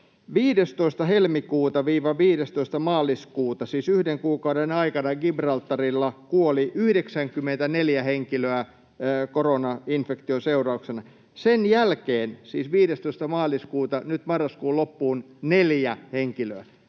maaliskuuta, siis yhden kuukauden aikana, Gibraltarilla kuoli 94 henkilöä koronainfektion seurauksena, sen jälkeen, siis 15:nnestä maaliskuuta nyt marraskuun loppuun, neljä henkilöä.